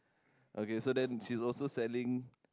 okay so then she's also selling